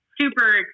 super